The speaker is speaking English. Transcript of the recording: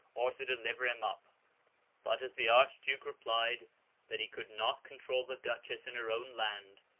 or to deliver him up but, as the archduke replied that he could not control the duchess in her own land,